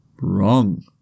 Wrong